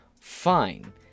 Fine